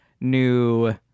New